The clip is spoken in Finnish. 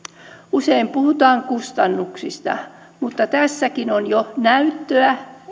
usein puhutaan kustannuksista mutta tässä irak operaatiossakin on jo näyttöä